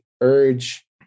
urge